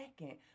second